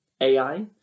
AI